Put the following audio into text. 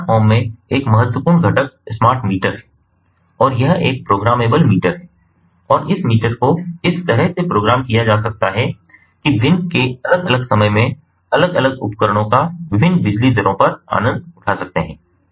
एक smart home में एक महत्वपूर्ण घटक स्मार्ट मीटर है और यह एक प्रोग्रामेबल मीटर है और इस मीटर को इस तरह से प्रोग्राम किया जा सकता है कि दिन के अलग अलग समय में अलग अलग उपकरणों का विभिन्न बिजली दरों पर आनंद उठा सकते हैं